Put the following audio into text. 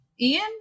Ian